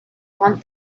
want